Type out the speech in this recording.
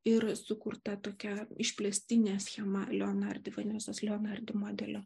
ir sukurta tokia išplėstinė schema leonardi vanesos leonardi modelio